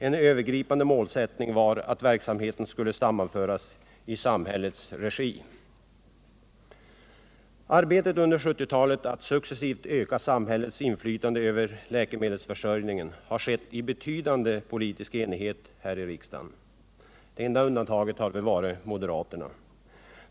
En övergripande målsättning var att verksamheten skulle sammanföras i samhällets regi. Arbetet med att under 1970-talet successivt öka samhällets inflytande över läkemedelsförsörjningen har försiggått under betydande politisk enighet här i riksdagen —- enda undantaget har varit moderaterna.